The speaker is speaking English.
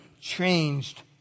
changed